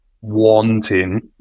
wanting